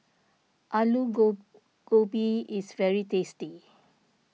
Alu Gobi is very tasty